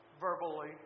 verbally